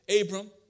Abram